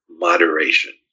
moderation